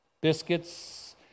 biscuits